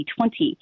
2020